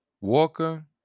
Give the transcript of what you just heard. Walker